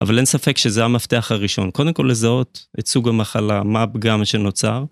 אבל אין ספק שזה המפתח הראשון, קודם כל לזהות את סוג המחלה, מה הפגם שנוצר.